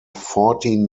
fourteen